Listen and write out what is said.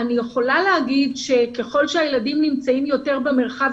אני יכולה לומר שככל שהילדים נמצאים יותר במרחב